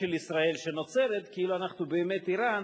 של ישראל שנוצרת כאילו אנחנו באמת אירן,